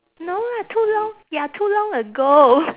no lah too long ya too long ago